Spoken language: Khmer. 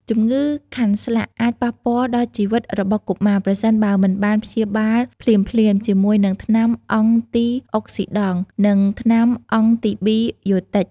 ជំងឺខាន់ស្លាក់អាចប៉ះពាល់ដល់ជីវិតរបស់កុមារ ប្រសិនបើមិនបានព្យាបាលភ្លាមៗជាមួយនឹងថ្នាំអង់ទីអុកស៊ីដង់ និងថ្នាំអង់ទីប៊ីយោទិច។